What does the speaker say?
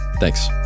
Thanks